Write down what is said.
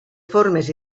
formes